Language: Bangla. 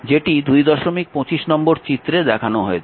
যেটি 225 নম্বর চিত্রে দেখানো হয়েছে